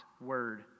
word